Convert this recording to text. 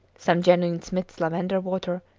some genuine smith's lavender water,